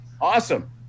awesome